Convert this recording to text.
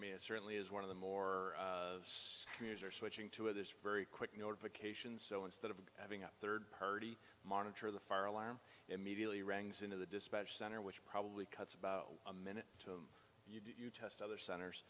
mean it certainly is one of the more commuters are switching to this very quickly or vacation so instead of having a third party monitor the fire alarm immediately rang into the dispatch center which probably cuts about a minute to you test other centers